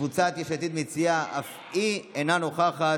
קבוצת יש עתיד מציעה, אף היא אינה נוכחת.